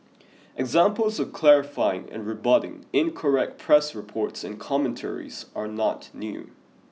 examples of clarifying and rebutting incorrect press reports and commentaries are not new